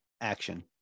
action